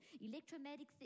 electromagnetic